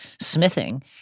Smithing